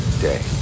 day